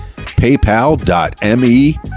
PayPal.me